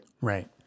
Right